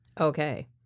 Okay